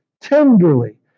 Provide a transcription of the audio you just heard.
tenderly